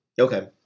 Okay